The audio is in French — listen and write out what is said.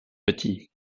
petit